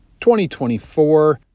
2024